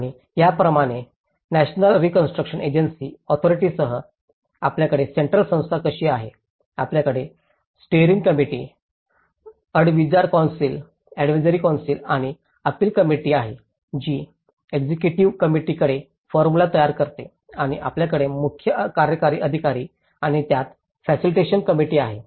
आणि त्याचप्रमाणे national reconstruction agency अथॉरिटीसह आपल्याकडे सेंट्रल संस्था कशी आहे आपल्याकडे स्टीरींग कंमिट्टी अडविजारी कौन्सिल आणि अपील कंमिट्टी आहे जी एक्सएकेटीव्ह कंमिट्टीकडे फॉर्म्युला तयार करते आणि आपल्याकडे मुख्य कार्यकारी अधिकारी आणि ज्यात फॅसिलिटेशन कंमिट्टी आहे